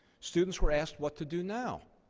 students were asked what to do now.